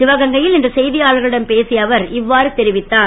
சிவகங்கை ல் இன்று செ யாளர்களிடம் பேசிய அவர் இ வாறு தெரிவித்தார்